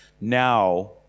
now